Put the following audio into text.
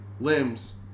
limbs